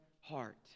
heart